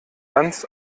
ganz